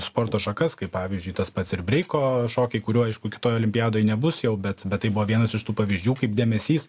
sporto šakas kaip pavyzdžiui tas pats ir breiko šokiai kuriuo aišku kitoj olimpiadoj nebus jau bet bet tai buvo vienas iš tų pavyzdžių kaip dėmesys